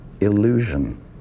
illusion